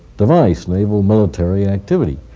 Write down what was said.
device, naval military activity.